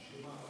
על מה?